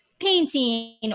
painting